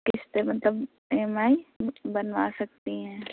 قسطیں مطلب E M I بنوا سکتی ہیں